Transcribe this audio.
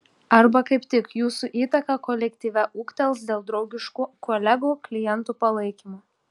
arba kaip tik jūsų įtaka kolektyve ūgtels dėl draugiško kolegų klientų palaikymo